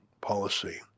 policy